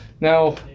now